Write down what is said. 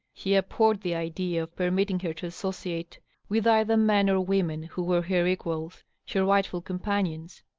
he abhorred the idea of permitting her to associate with either men or women who were her equals her rightful companions.